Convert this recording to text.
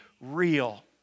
real